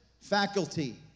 faculty